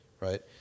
right